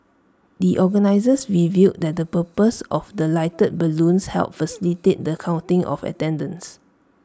the organisers revealed that the purpose of the lighted balloons helped facilitate the counting of attendance